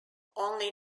only